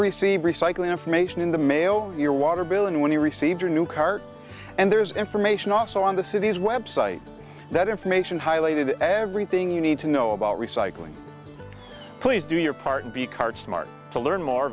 receive recycle information in the mail your water bill and when you received your new card and there is information also on the city's website that information highlighted everything you need to know about recycling please do your part b card smart to learn more